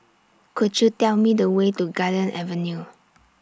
Could YOU Tell Me The Way to Garden Avenue